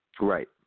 Right